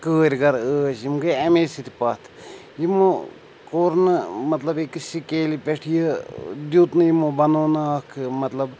کٲرۍ گَر ٲسۍ یِم گٔے اَمے سۭتۍ پَتھ یِمو کوٚر نہٕ مطلب أکِس سٕکیلہِ پٮ۪ٹھ یہِ دیُت نہٕ یِمو بَنوو نہٕ اَکھ مطلب